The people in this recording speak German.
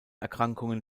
erkrankungen